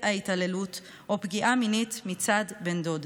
ההתעללות או פגיעה מינית מצד בן דוד.